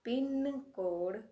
PIN code